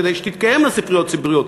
כדי שתתקיימנה ספריות ציבוריות.